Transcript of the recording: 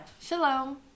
Shalom